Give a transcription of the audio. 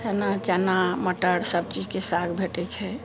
एना चना मटर सभ चीजके साग भेटै छै